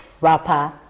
rapper